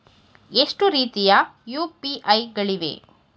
ಎಷ್ಟು ರೀತಿಯ ಯು.ಪಿ.ಐ ಗಳಿವೆ?